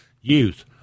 Youth